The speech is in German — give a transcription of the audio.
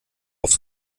aufs